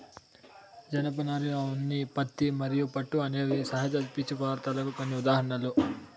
జనపనార, ఉన్ని, పత్తి మరియు పట్టు అనేవి సహజ పీచు పదార్ధాలకు కొన్ని ఉదాహరణలు